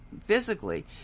physically